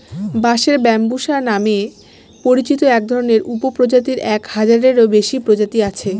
বাঁশের ব্যম্বুসা নামে পরিচিত একধরনের উপপ্রজাতির এক হাজারেরও বেশি প্রজাতি আছে